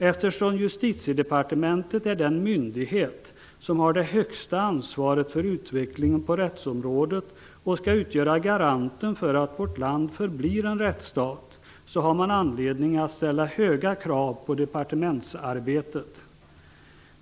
Eftersom Justitiedepartementet är den myndighet som har det högsta ansvaret för utvecklingen på rättsområdet och skall utgöra garanten för att vårt land förblir en rättsstat har man anledning att ställa höga krav på departementsarbetet.